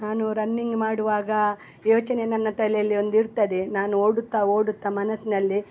ನಾನು ರನ್ನಿಂಗ್ ಮಾಡುವಾಗ ಯೋಚನೆ ನನ್ನ ತಲೆಯಲ್ಲಿ ಒಂದು ಇರ್ತದೆ ನಾನು ಓಡುತ್ತಾ ಓಡುತ್ತಾ ಮನಸ್ನಲ್ಲೇ